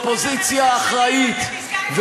ואופוזיציה אחראית,